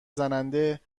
زننده